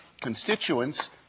constituents